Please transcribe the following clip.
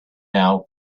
now